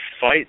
fight